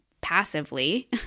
passively